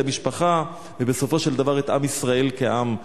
המשפחה ובסופו של דבר את עם ישראל כעם.